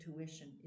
intuition